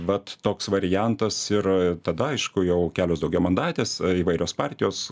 vat toks variantas ir tada aišku jau kelios daugiamandatės įvairios partijos